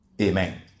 Amen